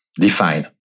Define